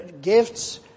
gifts